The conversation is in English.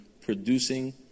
Producing